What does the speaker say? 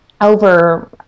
over